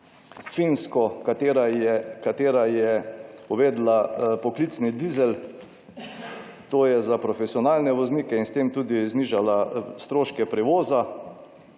Finsko, katera je uvedla poklicni dizel, to je za profesionalne voznike in s tem tudi znižala stroške prevoza.